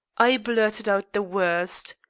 i blurted out the worst.